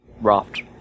raft